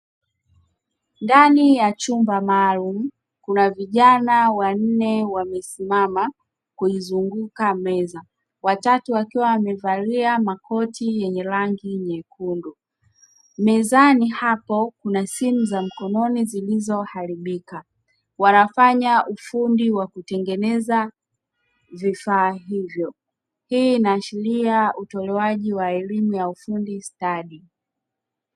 Ndani ya chumba maalumu kuna vijana wanne wamesimama kuizunguka meza. Watatu wakiwa wamevalia makoti yenye rangi nyekundu mezani hapo kuna simu za mkononi zilizoharibika wanafanya ufundi wa kutengeneza vifaa hivyo. Hii inaashiria utolewaji wa elimu ya ufundi stadi.